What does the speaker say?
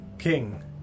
King